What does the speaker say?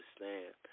understand